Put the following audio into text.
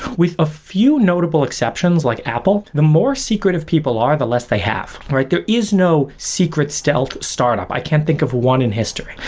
with a few notable exceptions like apple, the more secretive people are, the less they have. like there is no secret stealth startup. i can't think of one in history.